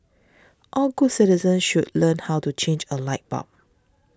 all good citizens should learn how to change a light bulb